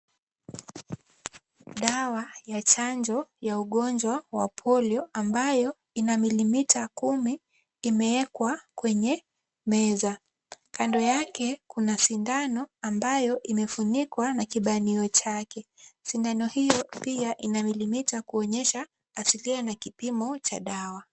Dawa ya chanjo ya ugonjwa wa polio ambayo ina milimita kumi imeekwa kwenye meza. Kando yake kuna sindano ambayo imefunikwa na kibanio chake. Sindano hiyo pia ina milimita kuonyesha asilia na kipimo cha dawa.